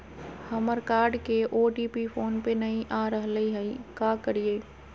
हमर कार्ड के OTP phone पे नई आ रहलई हई, का करयई?